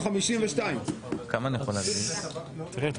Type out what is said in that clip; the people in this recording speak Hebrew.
(הישיבה נפסקה בשעה 14:39 ונתחדשה בשעה